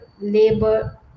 labor